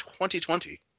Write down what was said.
2020